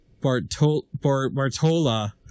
Bartola